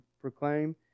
proclaim